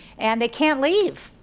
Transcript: and they can't leave.